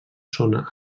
són